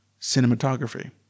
cinematography